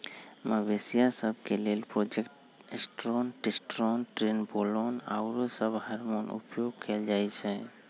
मवेशिय सभ के लेल प्रोजेस्टेरोन, टेस्टोस्टेरोन, ट्रेनबोलोन आउरो सभ हार्मोन उपयोग कयल जाइ छइ